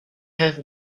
have